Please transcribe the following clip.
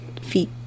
feet